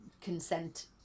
consent